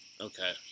Okay